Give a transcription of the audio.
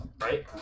right